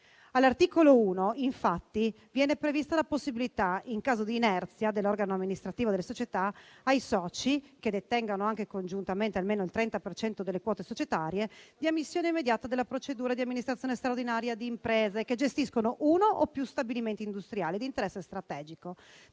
All'articolo 1 viene prevista la possibilità, in caso di inerzia dell'organo amministrativo delle società, su istanza dei soci che detengano, anche congiuntamente, almeno il 30 per cento delle quote societarie, di ammissione immediata alla procedura di amministrazione straordinaria di imprese che gestiscono uno o più stabilimenti industriali di interesse strategico.